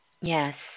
yes